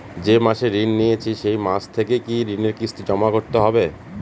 যে মাসে ঋণ নিয়েছি সেই মাস থেকেই কি ঋণের কিস্তি জমা করতে হবে?